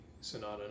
Sonata